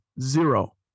zero